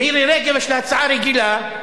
מירי רגב יש לה הצעה רגילה,